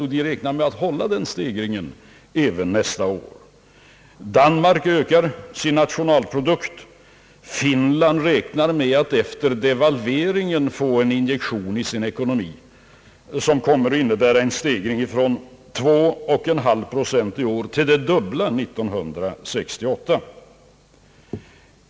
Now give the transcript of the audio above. Italien räknar med att kunna hålla den stegringstakten även nästa år. Danmark ökar sin nationalprodukt. Finland räknar med att efter devalveringen få en injektion i sin ekonomi, som kommer att innebära en stegring från 2,5 procent i år till det dubbla 1968.